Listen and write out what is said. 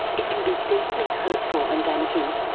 it can be deeply hurtful and damaging.